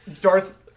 Darth